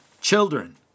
children